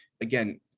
again